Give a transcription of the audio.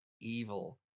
Evil